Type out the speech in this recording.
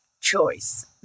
choice